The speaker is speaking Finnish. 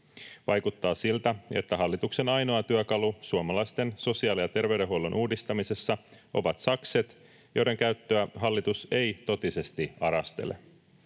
Vaikuttaa siltä, että hallituksen ainoa työkalu suomalaisten sosiaali- ja terveydenhuollon uudistamisessa ovat sakset, joiden käyttöä hallitus ei totisesti arastele.